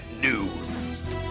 news